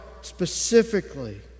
specifically